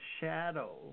shadow